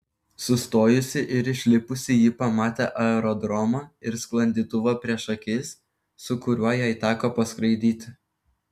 sustojusi ir išlipusi ji pamatė aerodromą ir sklandytuvą prieš akis su kuriuo jai teko paskraidyti